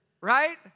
right